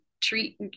treat